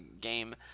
game